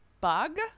bug